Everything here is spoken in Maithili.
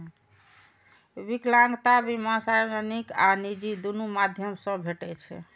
विकलांगता बीमा सार्वजनिक आ निजी, दुनू माध्यम सं भेटै छै